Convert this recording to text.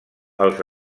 els